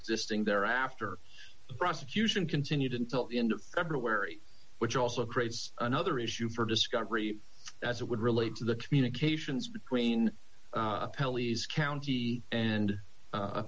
existing there after the prosecution continued until the end of february which also creates another issue for discovery as it would relate to the communications between pelleas county and